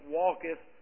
walketh